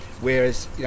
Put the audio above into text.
Whereas